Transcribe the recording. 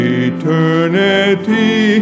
eternity